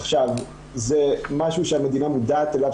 זה משהו שהמדינה מודעת אליו,